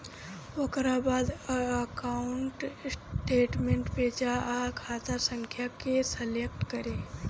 ओकरा बाद account statement पे जा आ खाता संख्या के सलेक्ट करे